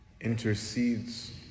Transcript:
intercedes